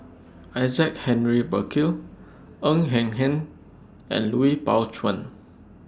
Isaac Henry Burkill Ng Eng Hen and Lui Pao Chuen